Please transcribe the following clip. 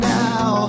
now